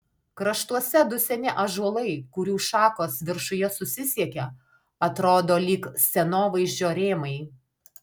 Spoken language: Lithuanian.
kraštuose du seni ąžuolai kurių šakos viršuje susisiekia atrodo lyg scenovaizdžio rėmai